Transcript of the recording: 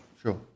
Sure